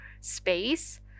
space